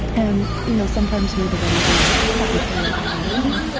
and, you know, sometimes maybe they don't want to work with that material right away,